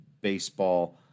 baseball